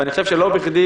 ואני חושב שלא בכדי,